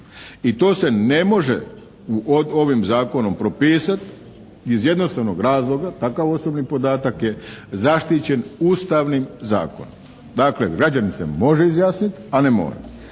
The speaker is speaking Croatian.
I to se ne može ovim Zakonom propisati iz jednostavnog razloga, takav osobni podatak je zaštićen ustavnim zakonom. Dakle, građanin se može izjasniti, a ne mora.